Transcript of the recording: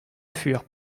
fur